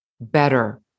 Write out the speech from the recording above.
better